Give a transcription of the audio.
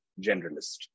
generalist